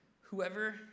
Whoever